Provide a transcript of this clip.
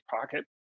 pocket